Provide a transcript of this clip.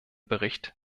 bericht